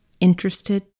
interested